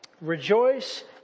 Rejoice